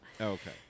Okay